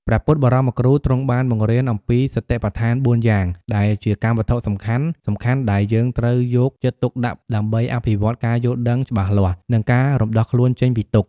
ព្រះពុទ្ធបរមគ្រូទ្រង់បានបង្រៀនអំពីសតិប្បដ្ឋាន ៤ យ៉ាង ដែលជាកម្មវត្ថុសំខាន់ៗដែលយើងត្រូវយកចិត្តទុកដាក់ដើម្បីអភិវឌ្ឍការយល់ដឹងច្បាស់លាស់ និងការរំដោះខ្លួនចេញពីទុក្ខ។